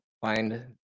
find